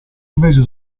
invece